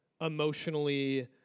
emotionally